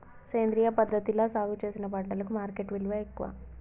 సేంద్రియ పద్ధతిలా సాగు చేసిన పంటలకు మార్కెట్ విలువ ఎక్కువ